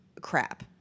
crap